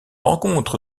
rencontre